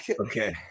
Okay